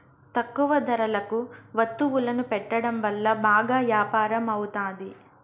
తక్కువ ధరలకు వత్తువులను పెట్టడం వల్ల బాగా యాపారం అవుతాది